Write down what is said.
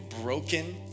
broken